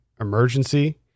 emergency